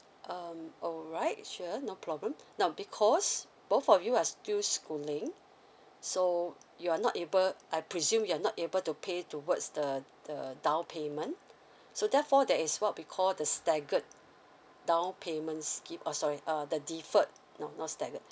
um alright sure no problem now because both of you are still schooling so you're not able I presume you're not able to pay towards the the down payment so therefore there is what we call the staggered downpayment scheme oh sorry uh the deferred no not staggered